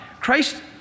Christ